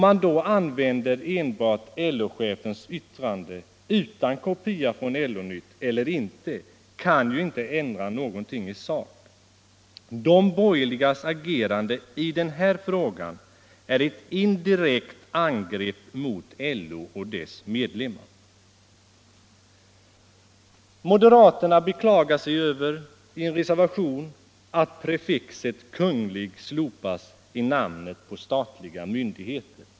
Att då använda enbart LO-chefens yttrande, med eller utan kopia från LO-nytt, kan ju inte ändra någonting i sak. De borgerligas agerande i den här frågan är ett indirekt angrepp mot LO och dess medlemmar. Moderaterna beklagar sig i en reservation över att prefixet Kunglig slopas i namnet på statliga myndigheter.